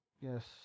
Yes